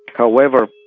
however,